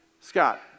Scott